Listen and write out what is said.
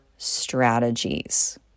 strategies